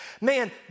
Man